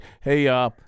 hey